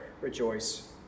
Rejoice